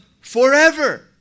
forever